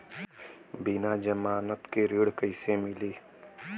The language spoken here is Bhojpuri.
बिना जमानत के ऋण कईसे मिली?